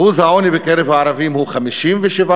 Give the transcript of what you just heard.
שיעור העוני בקרב הערבים הוא 57%,